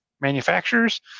manufacturers